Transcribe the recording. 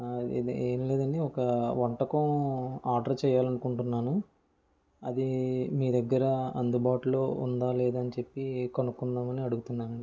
ఇది ఏం లేదండి ఒక వంటకం ఆర్డర్ చెయ్యాలనుకుంటున్నాను అది మీ దగ్గర అందుబాటులో ఉందా లేదా అని చెప్పి కనుక్కుందామని అడుగుతున్నాను